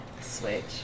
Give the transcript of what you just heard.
Switch